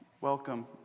Welcome